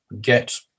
get